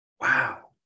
Wow